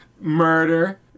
murder